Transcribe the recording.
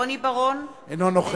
רוני בר-און,